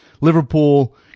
Liverpool